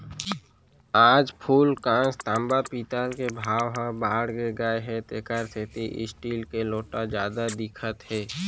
आज फूलकांस, तांबा, पीतल के भाव ह बाड़गे गए हे तेकर सेती स्टील के लोटा जादा दिखत हे